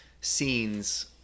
scenes